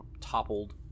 toppled